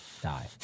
Die